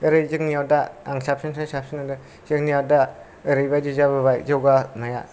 ओरै जोंनियाव दा साबसिननिफ्राय साबसिन नुदों जोंनिया दा ओरैबादि जाबोबाय जौगानाया